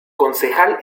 concejal